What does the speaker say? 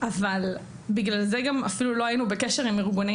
אבל בגלל זה גם אפילו לא היינו בקשר עם ארגוני